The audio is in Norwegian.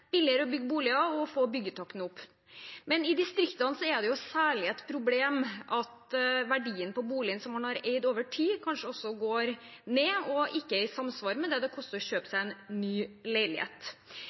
særlig et problem at verdien på boligen som man har eid over tid, kanskje også går ned og ikke er i samsvar med det det koster å kjøpe